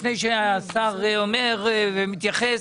עוד לפני שהשר מתייחס,